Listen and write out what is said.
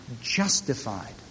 justified